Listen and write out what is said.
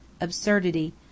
absurdity